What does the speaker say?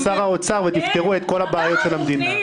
שר האוצר ותפתרו את כל הבעיות של המדינה.